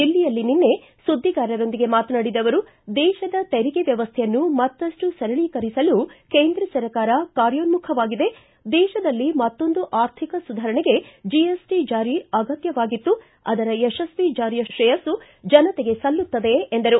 ದಿಲ್ಲಿಯಲ್ಲಿ ನಿನ್ನೆ ಸುದ್ವಿಗಾರರೊಂದಿಗೆ ಮಾತನಾಡಿದ ಅವರು ದೇಶದ ತೆರಿಗೆ ವ್ಯವಸ್ಥೆಯನ್ನು ಮತ್ತಷ್ಟು ಸರಳೀಕರಿಸಲು ಕೇಂದ್ರ ಸರ್ಕಾರ ಕಾರ್ಯೋನ್ನುಖವಾಗಿದೆ ದೇಶದಲ್ಲಿ ಮತ್ತೊಂದು ಆರ್ಥಿಕ ಸುಧಾರಣೆಗೆ ಜಿಎಸ್ಟಿ ಜಾರಿ ಅಗತ್ಯವಾಗಿತ್ತು ಅದರ ಯಶಸ್ತಿ ಜಾರಿಯ ಶ್ರೇಯಸ್ನು ಜನತೆಗೆ ಸಲ್ಲುತ್ತದೆ ಎಂದರು